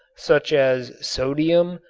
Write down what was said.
such as sodium,